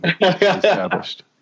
Established